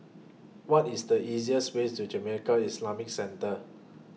What IS The easiest Way to Jamiyah Islamic Centre